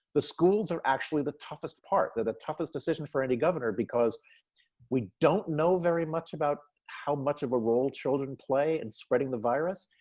the schools are actually the toughest part. they're the toughest decision for any governor, because we don't know very much about how much of a role children play in and spreading the virus.